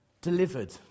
delivered